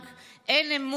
אין לי כסף בבנק,